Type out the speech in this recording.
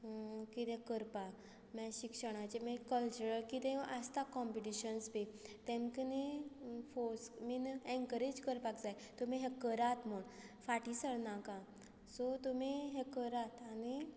कितें करपाक मागीर शिक्षणाचे मागीर कल्चरल कितें आसता कॉम्पिटिशन्स बी तांकां न्ही फोर्स मीन एनकरेज करपाक जाय तुमी हें करात म्हूण फाटीं सरनाका सो तुमी हें करात आनी